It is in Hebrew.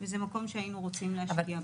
וזה מקום שהיינו רוצים להשקיע בו.